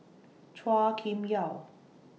Chua Kim Yeow